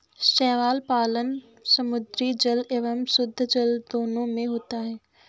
शैवाल पालन समुद्री जल एवं शुद्धजल दोनों में होता है